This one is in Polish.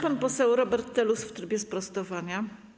Pan poseł Robert Telus w trybie sprostowania.